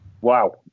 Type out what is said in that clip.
Wow